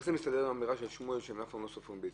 זה מסתדר עם האמירה של שמואל שהם אף פעם לא סופרים ביצים?